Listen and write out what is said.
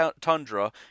tundra